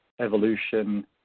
evolution